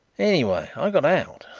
anyway, i got out.